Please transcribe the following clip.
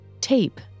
tape